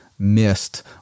missed